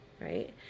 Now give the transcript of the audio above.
right